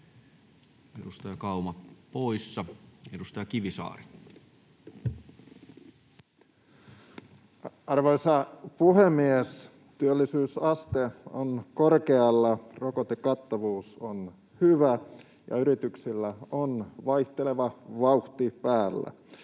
edustaja Kauma poissa. — Edustaja Kivisaari. Arvoisa puhemies! Työllisyysaste on korkealla, rokotekattavuus on hyvä, ja yrityksillä on vaihteleva vauhti päällä.